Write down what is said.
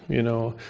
you know?